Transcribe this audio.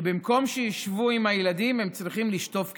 שבמקום שישבו עם הילדים, הם צריכים לשטוף כלים.